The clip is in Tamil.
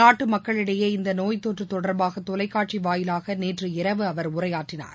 நாட்டு மக்களிடையே இந்த நோய் தொற்று தொடர்பாகதொலைக்காட்சி வாயிலாக நேற்றிரவு அவர் உரையாற்றினார்